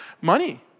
money